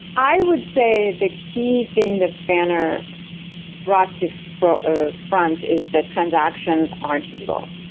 i would say they key thing that spanner brought to front ah front is that transactions aren't evil,